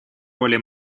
роли